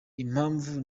impamvu